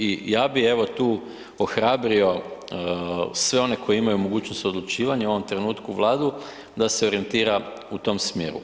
I ja bi evo tu ohrabrio sve one koji imaju mogućnost odlučivanja u ovom trenutku Vladu, da se orijentira u tom smjeru.